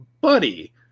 buddy